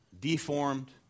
deformed